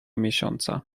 miesiąca